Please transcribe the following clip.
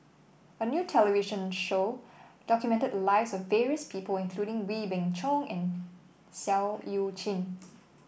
a new television show documented lives of various people including Wee Beng Chong and Seah Eu Chin